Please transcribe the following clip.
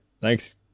Thanks